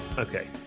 Okay